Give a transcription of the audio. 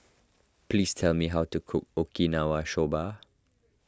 please tell me how to cook Okinawa Soba